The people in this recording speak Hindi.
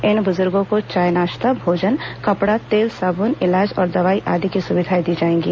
इन बुजुर्गो को चाय नाश्ता भोजन कपड़ा तेल साबुन इलाज और दवाई आदि की सुविधाएं दी जाएंगी